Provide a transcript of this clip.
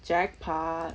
jackpot